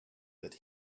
that